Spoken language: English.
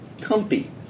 Comfy